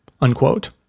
unquote